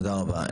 תודה רבה.